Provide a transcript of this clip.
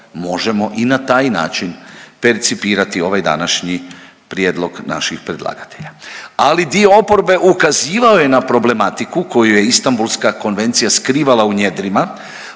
možemo i na taj način percipirati ovaj današnji prijedlog naših predlagatelja. Ali dio oporbe ukazivao je na problematiku koju je Istambulska konvencija skrivala u njedrima